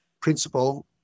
principle